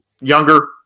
Younger